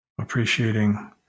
Appreciating